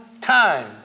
time